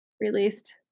released